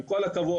עם כל הכבוד,